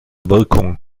wirkung